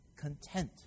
Content